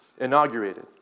inaugurated